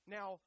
Now